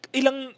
ilang